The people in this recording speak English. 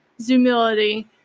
ZooMility